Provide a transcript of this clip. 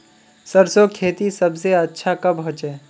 सरसों खेती सबसे अच्छा कब होचे?